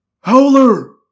Howler